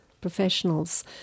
professionals